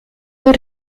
non